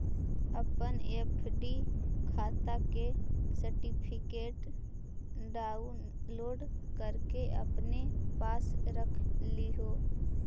अपन एफ.डी खाता के सर्टिफिकेट डाउनलोड करके अपने पास रख लिहें